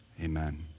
Amen